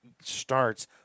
starts